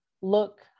look